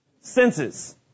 senses